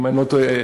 אם אני לא טועה,